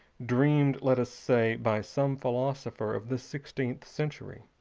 dreamed, let us say, by some philosopher of the sixteenth century?